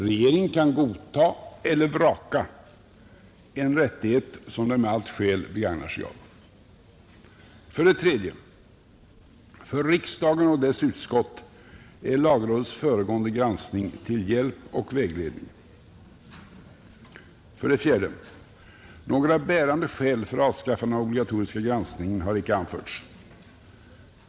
Regeringen kan godta eller vraka — en rättighet som den med allt skäl begagnar sig av. 3. För riksdagen och dess utskott är lagrådets föregående granskning till hjälp och vägledning. 4, Några bärande skäl för avskaffande av den obligatoriska granskningen har icke anförts.